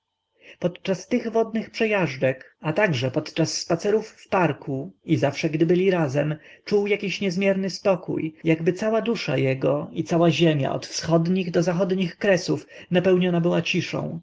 podczas tych wodnych przejażdżek a także podczas spacerów w parku i zawsze gdy byli razem czuł jakiś niezmierny spokój jakby cała dusza jego i cała ziemia od wschodnich do zachodnich kresów napełniona była ciszą